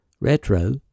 Retro